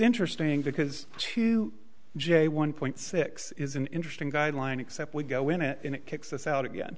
interesting because to j one point six is an interesting guideline except we go in and it kicks us out again